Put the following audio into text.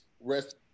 rest